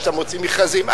עד שאתה מוציא מכרזים,